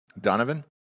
Donovan